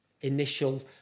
initial